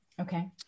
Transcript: Okay